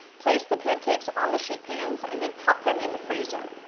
place the pancakes on the sheet pans and then pop them in the freezer.